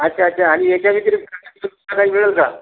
अच्छा अच्छा आणि याच्या व्यतिरिक्त दुसरं काही मिळेल का